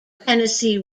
tennessee